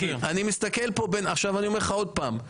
אני אומר לך עוד פעם,